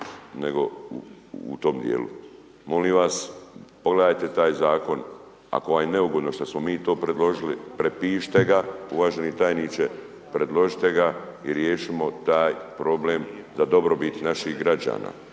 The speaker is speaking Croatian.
nego u tome dijelu. Molim vas, pogledajte taj Zakon, ako vam je neugodno što smo mi to predložili, prepišite ga uvaženi tajniče, predložite ga i riješimo taj problem za dobrobit naših građana,